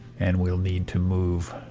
and we'll need to move